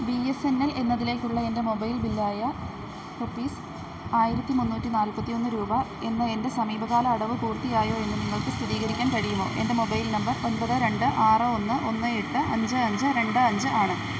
B S N L എന്നതിലേക്കുള്ള എൻ്റെ mobile ബില്ലായ റുപ്പീസ് ആയിരത്തി മുന്നൂറ്റി നാൽപ്പത്തി ഒന്ന് രൂപ എന്ന എൻ്റെ സമീപകാല അടവ് പൂർത്തിയായോയെന്ന് നിങ്ങൾക്ക് സ്ഥിരീകരിക്കാൻ കഴിയുമോ എൻ്റെ മൊബൈൽ നമ്പർ ഒൻപത് രണ്ട് ആറ് ഒന്ന് ഒന്ന് എട്ട് അഞ്ച് അഞ്ച് രണ്ട് അഞ്ച് ആണ്